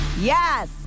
Yes